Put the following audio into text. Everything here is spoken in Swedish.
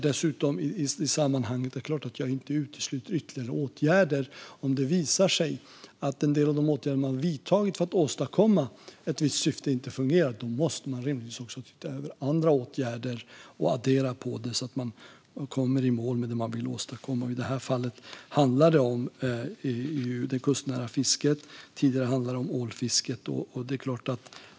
Det är klart att jag inte utesluter ytterligare åtgärder. Om det visar sig att en del av de åtgärder man vidtagit för att uppnå ett visst syfte inte fungerar måste man rimligtvis också titta över andra åtgärder och addera på med dessa så att man kommer i mål med det man vill åstadkomma. I det här fallet handlar det om det kustnära fisket; tidigare handlade det om ålfisket.